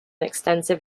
extensive